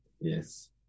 Yes